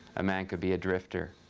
a man could be a drifter,